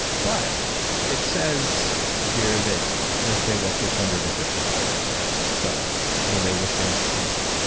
but it says here that they're stable up to four hundred and fifty five. yeah so will they withstand steam?